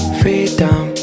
freedom